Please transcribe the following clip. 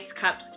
cups